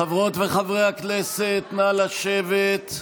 חברות וחברי הכנסת, נא לשבת.